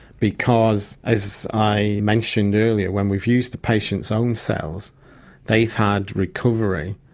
because, as i mentioned earlier, when we've used the patient's own cells they've had recovery,